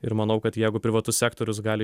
ir manau kad jeigu privatus sektorius gali